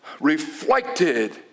reflected